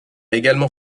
également